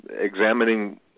examining